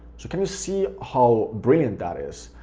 so can you see how brilliant that is?